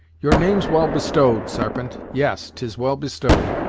your name's well bestowed, sarpent yes, tis well bestowed!